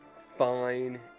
fine